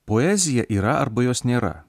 poezija yra arba jos nėra